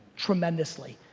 tremendously.